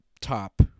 top